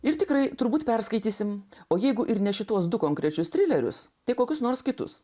ir tikrai turbūt perskaitysime o jeigu ir ne šituos du konkrečius trilerius tik kokius nors kitus